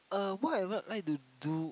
uh what I would like to do